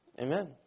Amen